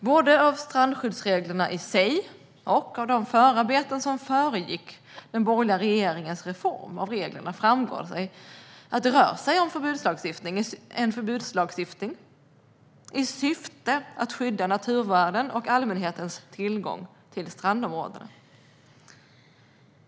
Både av strandskyddsreglerna i sig och av de förarbeten som föregick den borgerliga regeringens reform av reglerna framgår att det rör sig om en förbudslagstiftning i syfte att skydda naturvärden och allmänhetens tillgång till strandområden.